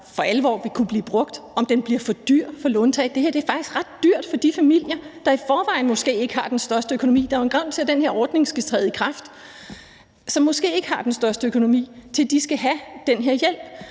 for alvor vil kunne blive brugt, altså om den bliver for dyr for låntagerne. Det her er faktisk ret dyrt for de familier, der måske i forvejen ikke har den største økonomi. Der er jo en grund til, at den her ordning skal træde i kraft. De familier har måske ikke den største økonomi i forhold til at skulle have den her hjælp,